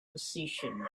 position